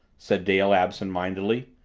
said dale absent-mindedly.